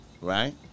right